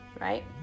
right